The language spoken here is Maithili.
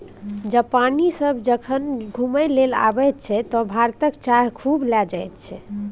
जापानी सभ जखन घुमय लेल अबैत छै तँ भारतक चाह खूब लए जाइत छै